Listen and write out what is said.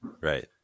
Right